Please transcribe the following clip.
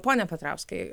pone petrauskai